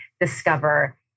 discover